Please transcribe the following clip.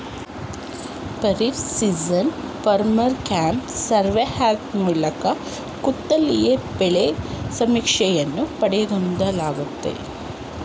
kharif season farmer crop survey app ಮೂಲಕ ಕೂತಲ್ಲಿಯೇ ಬೆಳೆ ಸಮೀಕ್ಷೆಯನ್ನು ಪಡಿಬೋದಾಗಯ್ತೆ